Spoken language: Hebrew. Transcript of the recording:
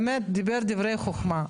באמת דיבר דברי חוכמה.